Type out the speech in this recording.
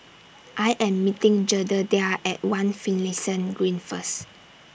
I Am meeting Jedediah At one Finlayson Green First